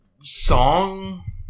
song